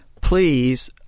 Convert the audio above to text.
please